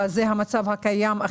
המצב הקיים,